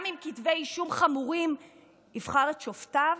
עם כתבי אישום חמורים יבחר את שופטיו?